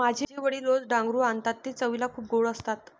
माझे वडील रोज डांगरू आणतात ते चवीला खूप गोड असतात